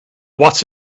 what’s